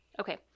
Okay